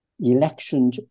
Election